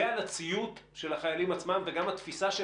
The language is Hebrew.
ועל הציות של החיילים עצמם וגם התפיסה של